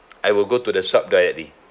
I will go to the shop directly